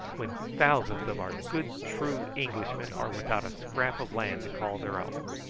when thousands of our good true englishmen are without a scrap of land to call their own.